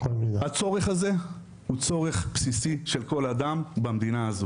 הצורך הזה הוא צורך בסיסי של כל אדם מדינה הזו,